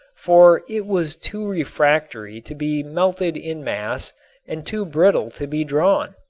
for it was too refractory to be melted in mass and too brittle to be drawn.